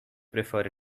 prefer